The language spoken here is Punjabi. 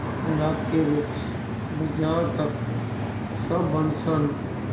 ਇਲਾਕੇ ਵਿੱਚ ਬਜ਼ਾਰ ਤੱਕ ਸਭ ਬੰਦ ਸਨ